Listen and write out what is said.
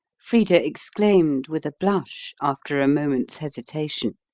frida exclaimed, with a blush, after a moment's hesitation.